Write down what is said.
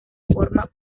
forma